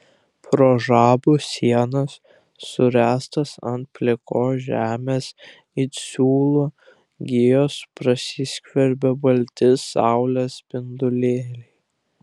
pro žabų sienas suręstas ant plikos žemės it siūlų gijos prasiskverbė balti saulės spinduliai